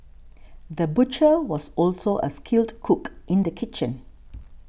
the butcher was also a skilled cook in the kitchen